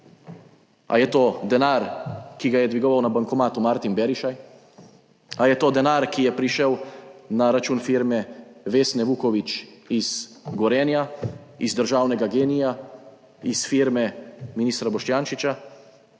Ali je to denar, ki ga je dvigoval na bankomatu Martin Berišaj? Ali je to denar, ki je prišel na račun firme Vesne Vuković iz Gorenja? Iz državnega GEN-I-ja, iz firme ministra Boštjančiča?